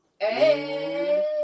hey